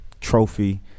trophy –